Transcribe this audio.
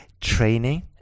training